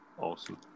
Awesome